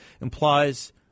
implies